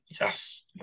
Yes